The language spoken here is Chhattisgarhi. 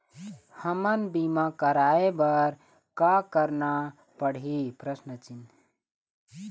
हमन बीमा कराये बर का करना पड़ही?